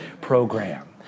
program